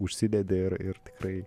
užsidedi ir ir tikrai